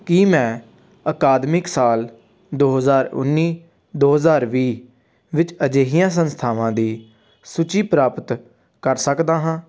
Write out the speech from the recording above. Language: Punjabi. ਕੀ ਮੈਂ ਅਕਾਦਮਿਕ ਸਾਲ ਦੋ ਹਜ਼ਾਰ ਉੱਨੀ ਦੋ ਹਜ਼ਾਰ ਵੀਹ ਵਿੱਚ ਅਜਿਹੀਆਂ ਸੰਸਥਾਵਾਂ ਦੀ ਸੂਚੀ ਪ੍ਰਾਪਤ ਕਰ ਸਕਦਾ ਹਾਂ